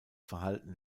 verhalten